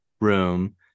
room